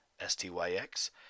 S-T-Y-X